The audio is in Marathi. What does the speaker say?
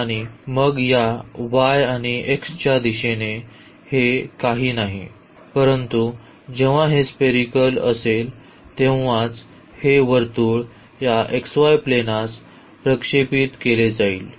आणि मग या y आणि x च्या दिशेने हे काही नाही परंतु जेव्हा हे स्पेरीकल असेल तेव्हाच हे वर्तुळ या xy प्लेनास प्रक्षेपित केले जाईल